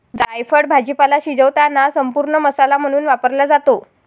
जायफळ भाजीपाला शिजवताना संपूर्ण मसाला म्हणून वापरला जातो